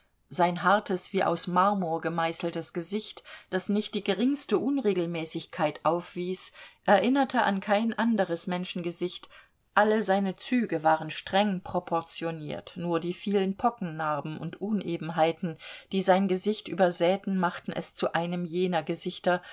sein hartes wie aus marmor gemeißeltes gesicht das nicht die geringste unregelmäßigkeit aufwies erinnerte an kein anderes menschengesicht alle seine züge waren streng proportioniert nur die vielen pockennarben und unebenheiten die sein gesicht übersäten machten es zu einem jener gesichter